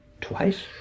twice